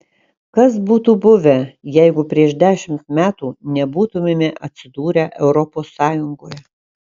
kas būtų buvę jeigu prieš dešimt metų nebūtumėme atsidūrę europos sąjungoje